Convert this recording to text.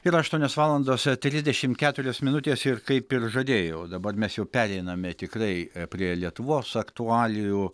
yra aštuonios valandos ir trisdešimt keturios minutės ir kaip ir žadėjau dabar mes jau pereiname tikrai prie lietuvos aktualijų